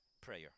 Prayer